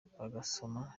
bagasoma